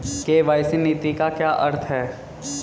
KYC नीति का क्या अर्थ है?